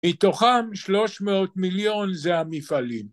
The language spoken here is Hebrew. מתוכם 300 מיליון זה המפעלים.